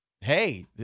Hey